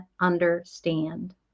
understand